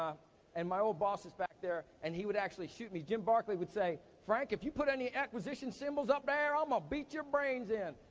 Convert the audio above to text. ah and my old boss is back there, and he would actually shoot me. jim barkley would say, frank, if you put any acquisition symbols up there, i'mma um ah beat your brains in.